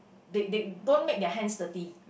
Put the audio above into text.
they they don't make their hands dirty